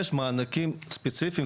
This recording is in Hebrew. יש מענקים ספציפיים,